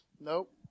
Nope